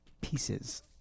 Pieces